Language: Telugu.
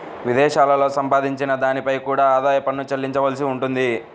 విదేశాలలో సంపాదించిన దానిపై కూడా ఆదాయ పన్ను చెల్లించవలసి ఉంటుంది